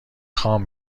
خام